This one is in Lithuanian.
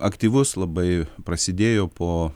aktyvus labai prasidėjo po